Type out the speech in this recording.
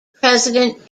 president